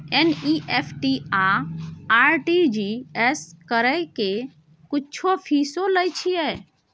NEFT आ RTGS करै के कुछो फीसो लय छियै?